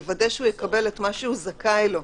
אלא לוודא שהוא יקבל את מה שהוא זכאי לו.